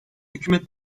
hükümet